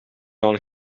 dan